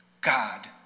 God